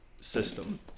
system